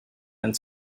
and